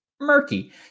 murky